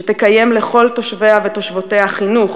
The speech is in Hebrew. שתקיים לכל תושביה ותושבותיה חינוך,